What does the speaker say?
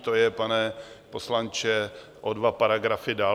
To je, pane poslanče, o dva paragrafy dál.